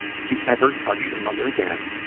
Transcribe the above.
if you ever touch your mother again,